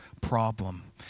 problem